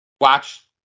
watch